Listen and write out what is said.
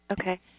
Okay